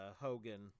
Hogan